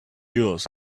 yours